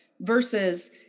versus